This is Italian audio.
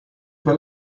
per